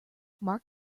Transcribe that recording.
mark